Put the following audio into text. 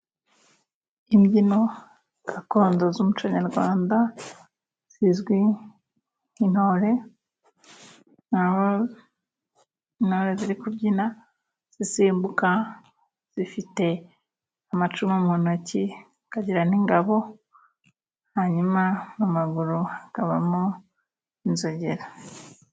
Imbyino gakondo z'umuco nyarwanda zizwi nk'intore, aho intore ziri kubyina zisimbuka, zifite amacumu mu ntoki zikagira n'ingabo, hanyuma mu maguru hakabamo inzogera.